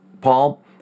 Paul